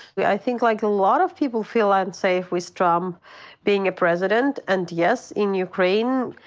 yeah i think like a lot of people feel unsafe with trump being a president. and yes, in ukraine,